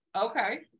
Okay